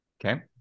Okay